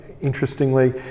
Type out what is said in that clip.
interestingly